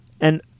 And-